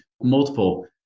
multiple